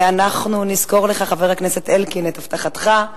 ואנחנו נזכור לך, חבר הכנסת אלקין, את הבטחתך.